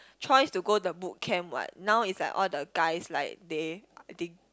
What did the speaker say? choice to go the boot camp what now is like all the guys like they I think